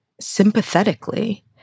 sympathetically